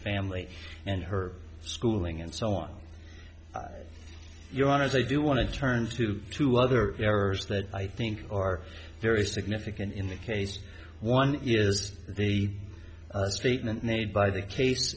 family and her schooling and so on your honors i do want to turn to two other errors that i think are very significant in the case one is the statement made by the case